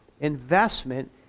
investment